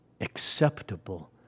acceptable